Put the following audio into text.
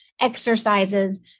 exercises